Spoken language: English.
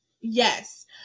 Yes